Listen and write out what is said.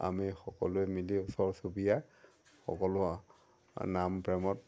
আমি সকলোৱে মিলি ওচৰ চুবুৰীয়া সকলো নাম প্ৰেমত